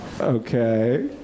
Okay